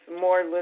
more